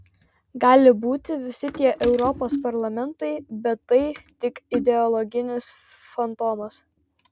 gali būti visi tie europos parlamentai bet tai tik ideologinis fantomas